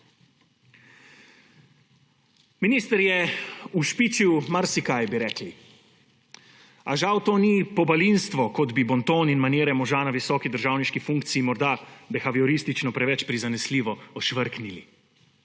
Minister je ušpičil marsikaj, bi rekli, a žal to ni pobalinstvo, kot bi bonton in manire moža na visoki državniški funkciji morda behavioristično preveč prizanesljivo ošvrknili.